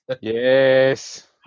Yes